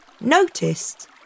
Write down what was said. noticed